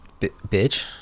Bitch